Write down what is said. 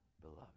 beloved